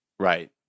Right